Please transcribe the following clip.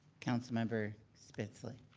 councilmember spitzley.